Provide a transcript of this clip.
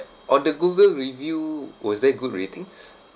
on the google review was there good ratings